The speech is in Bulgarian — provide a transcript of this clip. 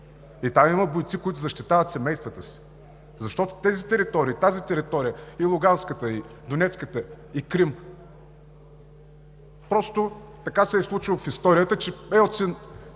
И там има бойци, които защитават семействата си, защото тези територии – и Луганската, и Донецката, и Крим, – просто така се е случило в историята, че Елцин